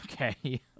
Okay